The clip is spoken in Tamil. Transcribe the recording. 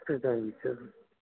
சரி சரி தேங்க் யூ சார்